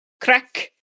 Crack